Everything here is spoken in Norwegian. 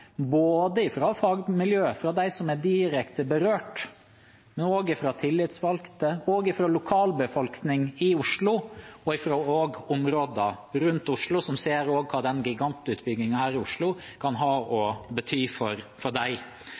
både fra fagmiljøet, fra dem som er direkte berørt, fra tillitsvalgte og fra lokalbefolkningen i Oslo og områdene rundt Oslo, som også ser hva den gigantutbyggingen her i Oslo kan bety for dem. Det var gledelig å legge merke til Arbeiderpartiet tidligere i dag, som varslet at de vil stemme for